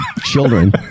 children